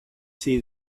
see